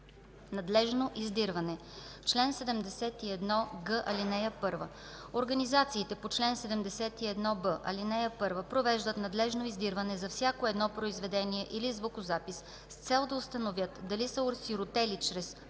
Надлежно издирване Чл. 71г. (1) Организациите по чл. 71б, ал. 1 провеждат надлежно издирване за всяко едно произведение или звукозапис с цел да установят дали са осиротели чрез